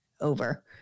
over